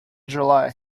july